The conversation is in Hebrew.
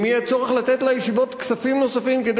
אם יהיה צורך לתת לישיבות כספים נוספים כדי